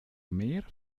mehr